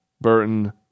Burton